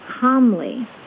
calmly